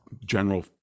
general